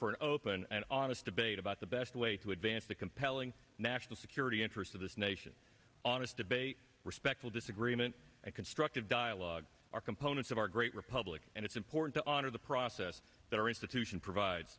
for an open and honest debate about the best way to advance the compelling national security interest of this nation honest debate respectful disagreement constructive dialogue our components of our great republic and it's important to honor the process that our institution provides